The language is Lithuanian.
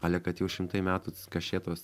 ale kad jau šimtai metų kašėtos